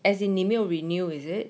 as in 你没有 renew is it